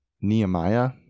Nehemiah